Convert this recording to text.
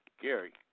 Gary